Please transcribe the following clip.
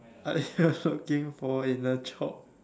I here searching for in a chop